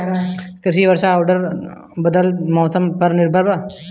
कृषि वर्षा आउर बदलत मौसम पर निर्भर बा